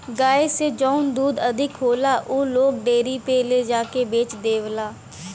गाय से जौन दूध अधिक होला उ लोग डेयरी पे ले जाके के बेच देवला